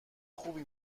خوبی